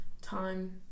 time